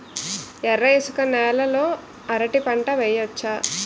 ఎర్ర ఇసుక నేల లో అరటి పంట వెయ్యచ్చా?